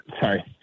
sorry